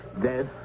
death